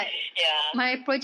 ya